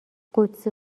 قدسی